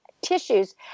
tissues